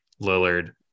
Lillard